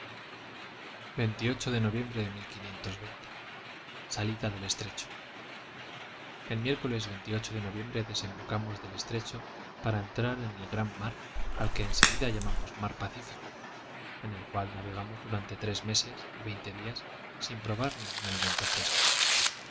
de noviembre de salida del estrecho el miércoles de noviembre desembocamos del estrecho para entrar en el gran mar al que en seguida llamamos mar pacífico en el cual navegamos durante tres meses y veinte días sin probar ningún alimento fresco